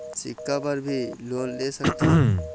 सिक्छा बर भी लोन ले सकथों?